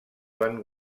van